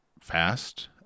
fast